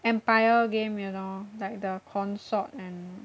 empire game you know like the consort and